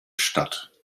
stadt